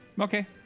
Okay